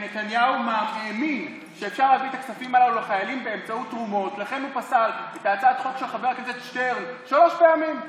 אצלנו חיילים קיבלו 100% מתרומות עד השנה 2020,